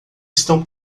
estão